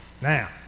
now